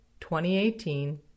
2018